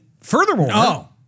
furthermore